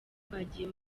twagiye